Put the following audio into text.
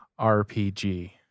RPG